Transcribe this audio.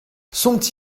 sont